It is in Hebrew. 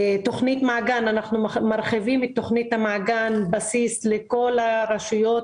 תכנית מעגן אנחנו מרחיבים את תכנית המעגן בסיס לכל הרשויות,